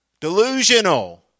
Delusional